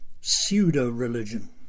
pseudo-religion